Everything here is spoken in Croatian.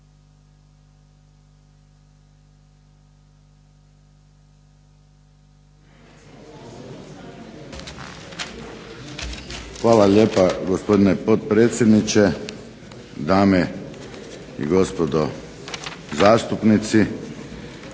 Hvala lijepa gospodine potpredsjedniče, dame i gospodo zastupnici.